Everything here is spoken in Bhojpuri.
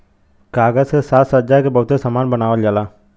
कागज से साजसज्जा के बहुते सामान बनावल जाला